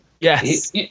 Yes